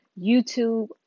YouTube